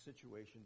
situation